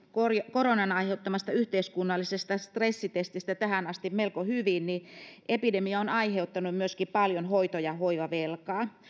koronan aiheuttamasta yhteiskunnallisesta stressitestistä tähän asti melko hyvin niin epidemia on myöskin aiheuttanut paljon hoito ja hoivavelkaa